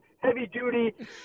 heavy-duty